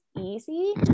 easy